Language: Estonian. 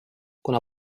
kuna